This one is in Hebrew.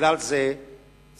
בגלל זה צריך